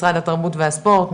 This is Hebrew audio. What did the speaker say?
משרד התאבות והספורט,